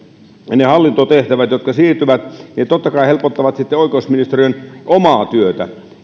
ne hallintotehtävät jotka siirtyvät totta kai helpottavat sitten oikeusministeriön omaa työtä